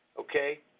Okay